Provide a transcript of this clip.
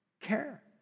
care